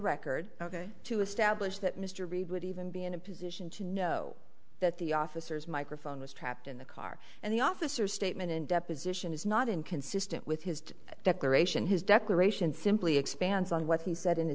record ok to establish that mr reid would even be in a position to know that the officers microphone was trapped in the car and the officer statement in deposition is not inconsistent with his declaration his declaration simply expands on what he said in